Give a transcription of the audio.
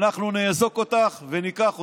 אנחנו נאזוק אותך וניקח אותך.